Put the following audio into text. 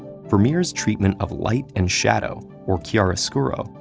vermeer's treatment of light and shadow, or chiaroscuro,